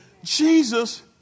Jesus